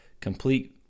complete